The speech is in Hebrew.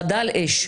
חדל אש.